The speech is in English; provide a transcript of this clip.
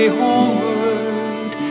homeward